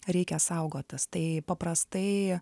reikia saugotis tai paprastai